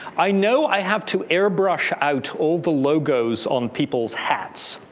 i know i have to air brush out all the logos on people's hats.